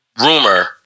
rumor